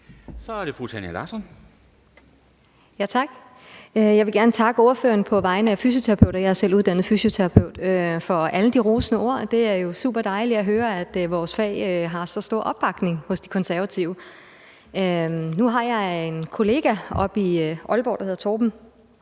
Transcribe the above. Kl. 11:08 Tanja Larsson (S): Tak. Jeg vil gerne takke ordføreren på vegne af fysioterapeuter – jeg selv uddannet fysioterapeut – for alle de rosende ord. Det er jo superdejligt at høre, at vores fag har så stor opbakning hos De Konservative. Nu har jeg en kollega oppe i Aalborg, der hedder Torben,